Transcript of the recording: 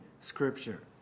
scripture